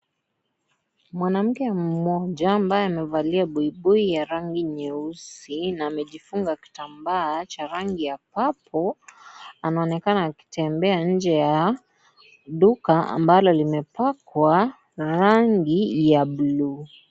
Mwanamke mmoja ambaye amevalia buibui ya rangi nyeusi na amejifunga kitambaa cha rangi ya purple anaonekana akitembea nje ya duka ambalo limepakwa rangi ya buluu.